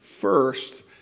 first